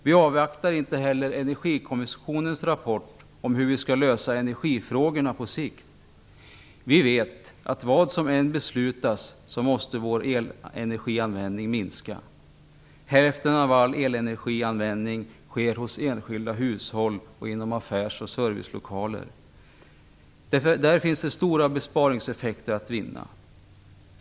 Vi avvaktar inte heller Energikommissionens rapport om hur vi skall lösa energifrågorna på sikt. Vi vet att vår elenergianvändning måste minska, vad som än beslutas. Hälften av all elenergianvändning sker hos enskilda hushåll och i affärs och servicelokaler. Där finns det stora besparingseffekter att vinna.